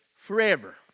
forever